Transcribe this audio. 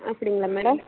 ஆ சரிங்களா மேடம்